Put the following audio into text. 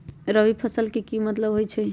रबी फसल के की मतलब होई छई?